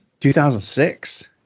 2006